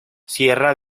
sierra